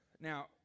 Now